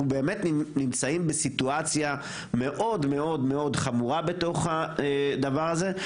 אנחנו באמת נמצאים בסיטואציה מאוד-מאוד חמורה בתוך הדבר הזה.